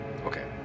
Okay